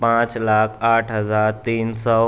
پانچ لاکھ آٹھ ہزار تین سو